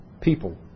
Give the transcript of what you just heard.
people